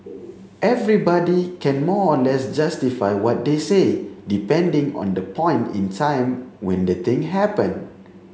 everybody can more or less justify what they say depending on the point in time when the thing happened